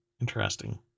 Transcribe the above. Interesting